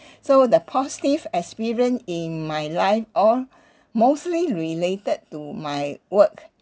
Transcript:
so the positive experience in my life all mostly related to my work